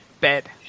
bed